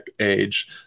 age